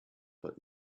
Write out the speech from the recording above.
but